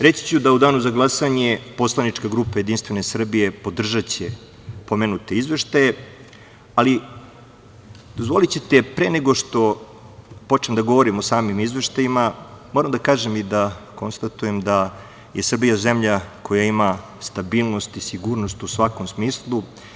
Reći ću da u danu za glasanje poslanička grupa JS će podržati pomenute izveštaje, ali dozvolićete pre nego što počnem da govorim o samim izveštajima, moram da kažem i da konstatujem da je Srbija zemlja koja ima stabilnost i sigurnost u svakom smislu.